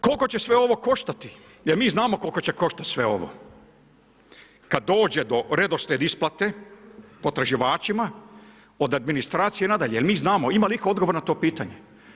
Koliko će sve ovo koštati jer mi znamo koliko će koštati sve ovo. kad dođe do redoslijeda isplate potraživačima, od administracije nadalje, jel' mi znamo ima li itko odgovor na to pitanje?